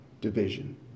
division